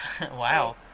Wow